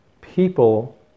people